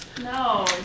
No